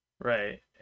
Right